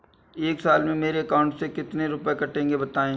एक साल में मेरे अकाउंट से कितने रुपये कटेंगे बताएँ?